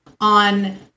on